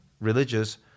religious